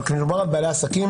אבל כשמדובר על בעלי עסקים,